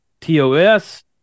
TOS